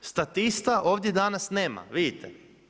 Statista ovdje danas nema, vidite.